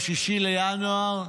ב-6 בינואר,